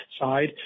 side